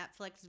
Netflix